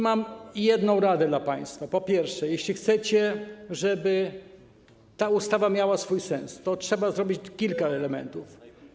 Mam jedną radę dla państwa, po pierwsze jeśli chcecie, żeby ta ustawa miała sens, to trzeba zrobić kilka elementów.